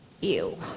Ew